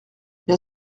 bien